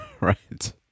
Right